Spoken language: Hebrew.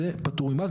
זה פטור ממס.